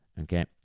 Okay